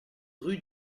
rue